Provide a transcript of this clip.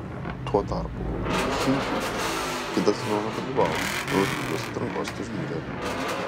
tuo tarpu chimki kitą sezoną dalyvaus eurolygos atrankos turnyre